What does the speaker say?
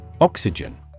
Oxygen